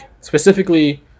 specifically